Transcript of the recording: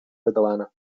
catalana